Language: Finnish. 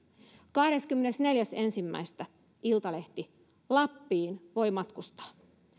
kahdeskymmenesneljäs ensimmäistä iltalehti lappiin voi matkustaa